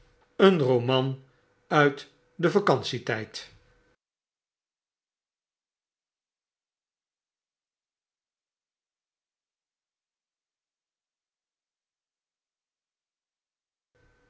een roman uit den vacantie tijd